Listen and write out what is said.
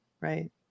right